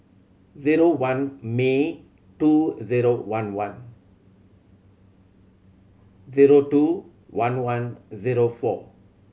zero one May two zero one one zero two one one zero four